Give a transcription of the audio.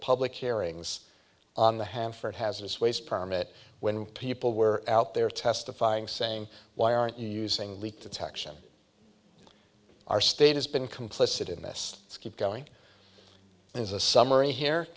public hearings on the hanford hazardous waste permit when people were out there testifying saying why aren't you using leak detection our state has been complicit in this keep going is a summary here